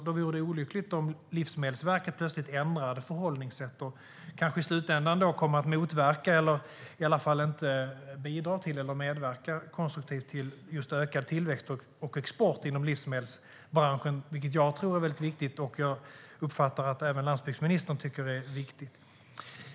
Då vore det olyckligt om Livsmedelsverket plötsligt ändrar förhållningssätt och i slutändan kommer att motverka eller i varje fall inte bidra till eller medverka konstruktivt till ökad tillväxt och export inom livsmedelsbranschen. Det är viktigt. Jag uppfattar att även landsbygdsministern tycker att det är viktigt.